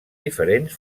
diferents